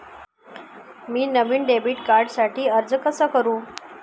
मी नवीन डेबिट कार्डसाठी अर्ज कसा करु?